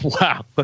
Wow